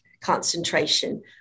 concentration